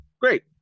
Great